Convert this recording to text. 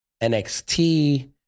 NXT